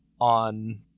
on